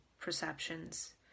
perceptions